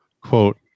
quote